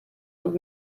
und